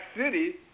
city